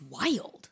wild